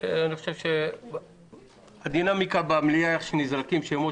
אני חושב שהדינאמיקה במליאה איך נזרקים שמות